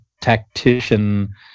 tactician